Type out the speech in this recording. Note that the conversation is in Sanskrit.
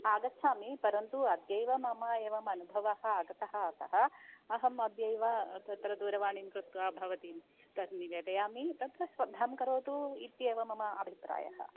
आगच्छामि परन्तु अद्यैव मम एवम् अनुभवः आगतः अतः अहम् अद्यैव तत्र दूरवाणीं कृत्वा भवति तत् निवेदयामि तत्र श्रद्धां करोतु इत्येव मम अभिप्रायः